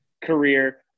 career